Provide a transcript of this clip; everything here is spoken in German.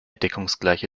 deckungsgleiche